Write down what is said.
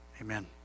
amen